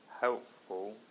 helpful